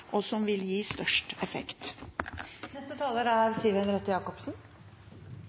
og som vil gi størst